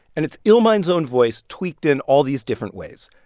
and it's illmind's own voice tweaked in all these different ways.